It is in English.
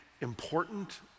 important